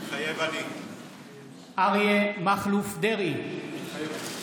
מתחייב אני אריה מכלוף דרעי, מתחייב אני